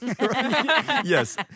Yes